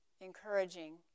encouraging